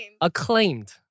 Acclaimed